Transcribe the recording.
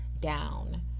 down